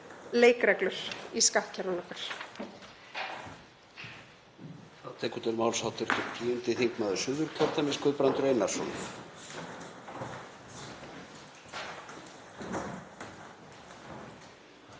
leikreglur í skattkerfinu okkar.